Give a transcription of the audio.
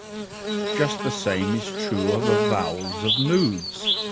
just the same is true of avowals of moods.